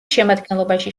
შემადგენლობაში